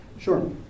Sure